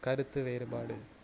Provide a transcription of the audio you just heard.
கருத்து வேறுபாடு